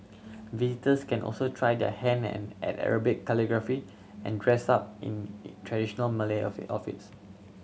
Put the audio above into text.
visitors can also try their hand at Arabic calligraphy and dress up in traditional Malay outfit outfits